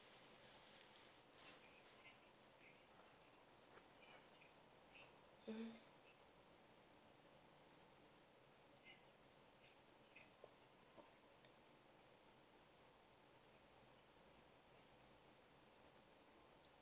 mm